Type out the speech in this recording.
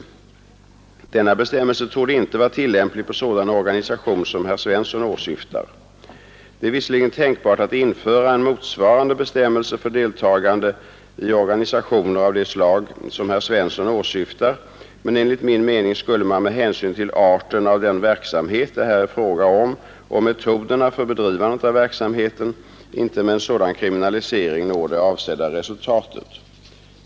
Denna bestämmelse torde inte vara tillämplig på sådan organisation som herr Svensson åsyftar. Det är visserligen tänkbart att införa en motsvarande bestämmelse för deltagande i organisationer av det slag som herr Svensson åsyftar, men enligt min mening skulle man med hänsyn till arten av den verksamhet det här är fråga om och metoderna för bedrivandet av verksamheten inte med en sådan kriminalisering nå det avsedda resultatet.